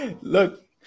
Look